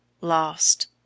Lost